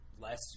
less